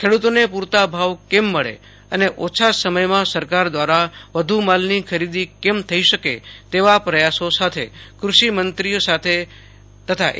ખેડૂતોને પૂરતા ભાવ કેમ મળે અને ઓછા સમયમાં સરકાર દ્વારા વધુ માલની ખરીદી કેમ થઈ શકે તેવા પયાસો સાથે ક્રષિ મંત્રીઓ તથા એ